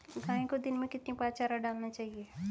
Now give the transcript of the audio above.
गाय को दिन में कितनी बार चारा डालना चाहिए?